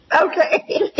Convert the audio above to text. Okay